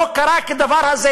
לא קרה כדבר הזה